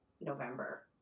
November